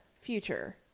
future